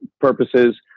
purposes